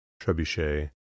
Trebuchet